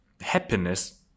happiness